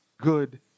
good